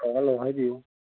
ꯑꯥ hello ꯍꯥꯏꯕꯤꯎ